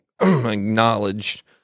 acknowledge